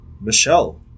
Michelle